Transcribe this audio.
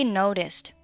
noticed